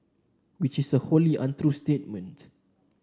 which is a wholly untrue statement